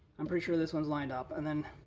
i'm pretty sure this one's lined up. and then,